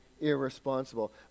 irresponsible